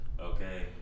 Okay